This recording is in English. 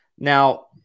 Now